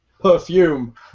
Perfume